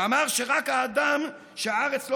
שאמר שרק האדם שהארץ לא